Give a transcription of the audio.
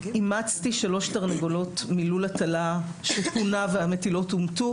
אימצתי 3 תרנגולות מלול הטלה שפונה והמטילות הומתו.